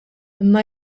imma